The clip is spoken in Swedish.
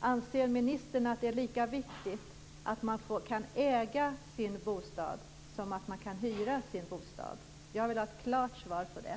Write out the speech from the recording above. Anser ministern att det är lika viktigt att man kan äga sin bostad som att man kan hyra sin bostad? Jag vill ha ett klart svar på det.